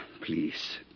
Please